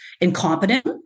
incompetent